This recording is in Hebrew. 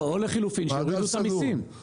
או לחילופין, שיורידו את המסים.